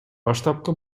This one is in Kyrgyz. баштапкы